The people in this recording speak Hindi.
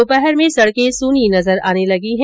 दोपहर में सड़के सूनी नजर आने लगी है